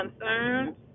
concerns